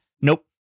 Nope